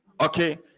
Okay